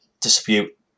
dispute